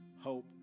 hope